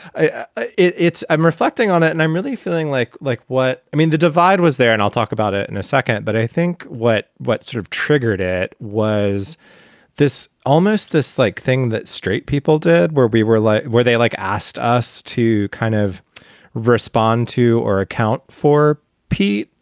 it's i'm reflecting on it. and i'm really feeling like. like what? i mean, the divide was there and i'll talk about it in a second. but i think what what sort of triggered it was this almost this like thing that straight people did where we were like, were they like asked us to kind of respond to or account for pete?